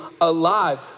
alive